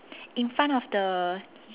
in front of the